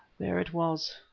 there it was.